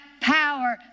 power